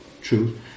truth